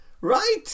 Right